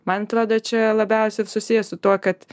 man atrodo čia labiausiai ir susiję su tuo kad